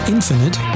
Infinite